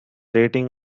rating